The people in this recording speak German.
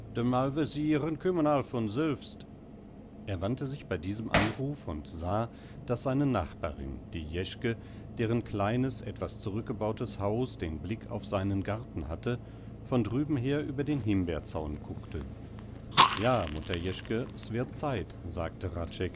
von sülwst er wandte sich bei diesem anruf und sah daß seine nachbarin die jeschke deren kleines etwas zurückgebautes haus den blick auf seinen garten hatte von drüben her über den himbeerzaun kuckte ja mutter jeschke s wird zeit sagte